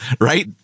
right